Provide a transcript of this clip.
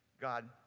God